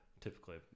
Typically